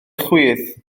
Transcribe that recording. chwith